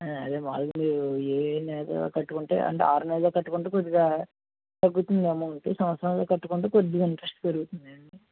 ఆ అదే మాములుగా ఏ నెల కట్టుకుంటే అంటే ఆరు నెలలలో కట్టుకుంటే కొద్దిగా తగ్గుతుంది అమౌంటు సంవత్సరంలో కట్టుకుంటే కొద్దిగా ఇంట్రెస్టు పెరుగుతుందండి